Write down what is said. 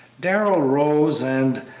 darrell rose and,